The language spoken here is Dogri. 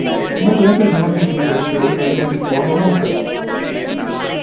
मैं तुसें भेजी ओड़ङ ठीक ठीक करियै जो बी तुसें ओ डिस्काउंट होग ना मैं करी ओड़ङ